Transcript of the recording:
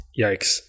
Yikes